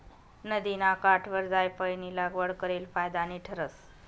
नदिना काठवर जायफयनी लागवड करेल फायदानी ठरस